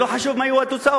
ולא חשוב מה יהיו התוצאות?